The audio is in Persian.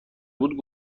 بود